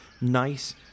nice